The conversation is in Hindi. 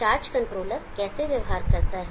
चार्ज कंट्रोलर कैसे व्यवहार करता है